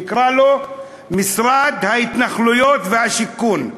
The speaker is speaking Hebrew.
נקרא לו משרד ההתנחלויות והשיכון.